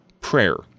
Prayer